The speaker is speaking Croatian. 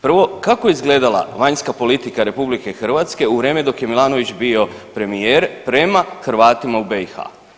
Prvo kako je izgledala vanjska politika RH u vrijeme dok je Milanović bio premijer prema Hrvatima u BiH?